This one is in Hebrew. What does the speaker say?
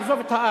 לעזוב את הארץ.